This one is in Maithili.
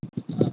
जैसे की आपदा फेर